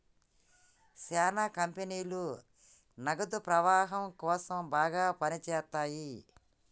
శ్యానా కంపెనీలు నగదు ప్రవాహం కోసం బాగా పని చేత్తయ్యి